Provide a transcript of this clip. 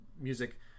music